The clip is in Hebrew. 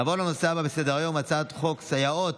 נעבור לנושא הבא בסדר-היום, הצעת חוק סייעות